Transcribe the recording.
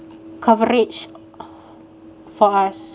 coverage for us